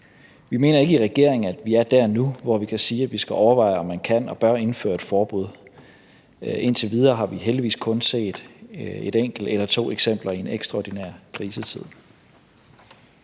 Vi mener ikke i regeringen, at vi er der nu, hvor vi kan sige, at vi skal overveje, om man kan og bør indføre et forbud. Indtil videre har vi heldigvis kun set et enkelt eller to eksempler i en ekstraordinær krisetid.